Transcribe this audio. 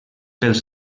pels